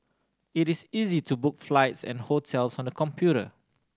it is easy to book flights and hotels on the computer